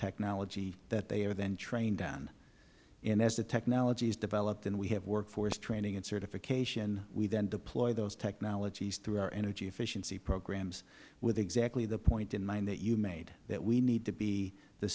technology that they are then trained on and as the technology is developed and we have workforce training and certification we then deploy those technologies through our energy efficiency programs with exactly the point in mind that you made that we need to be the